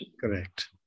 Correct